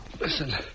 Listen